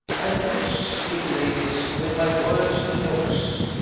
and witch sweet ladies with my words and lookes.